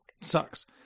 sucks